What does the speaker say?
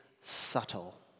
subtle